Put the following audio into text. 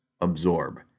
absorb